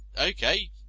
okay